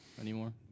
anymore